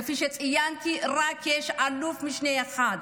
כפי שציינתי, יש רק אלוף משנה אחד.